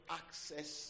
access